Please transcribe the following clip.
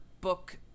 book